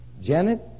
Janet